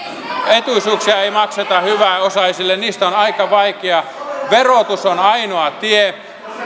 etuisuuksia ei makseta hyväosaisille niistä on aika vaikea leikata verotus on ainoa tie